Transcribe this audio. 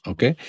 Okay